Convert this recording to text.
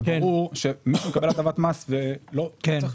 ברור שמי שמקבל הטבת מס לא צריך --- נכון.